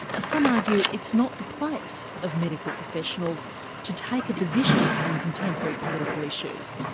ah some argue it's not the place of medical professionals to take a position on contemporary political issues.